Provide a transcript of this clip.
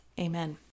Amen